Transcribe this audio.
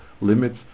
limits